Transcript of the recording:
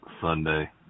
Sunday